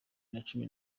nacumi